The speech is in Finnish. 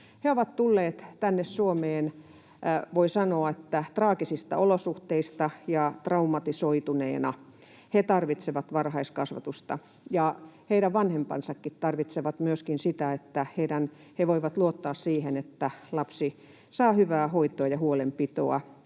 He ovat tulleet tänne Suomeen, voi sanoa, että traagisista olosuhteista ja traumatisoituneina. He tarvitsevat varhaiskasvatusta, ja heidän vanhempansakin tarvitsevat myöskin sitä, että he voivat luottaa siihen, että lapsi saa hyvää hoitoa ja huolenpitoa